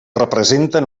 representen